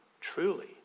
Truly